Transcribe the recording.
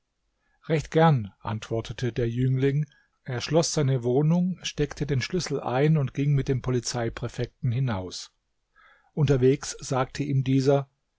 recht gern antwortete der jüngling er schloß seine wohnung steckte den schlüssel ein und ging mit dem polizeipräfekten hinaus unterwegs sagte ihm dieser